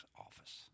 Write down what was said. office